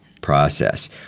process